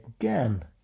again